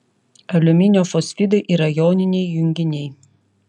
aliuminio fosfidai yra joniniai junginiai